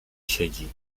siedzi